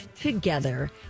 together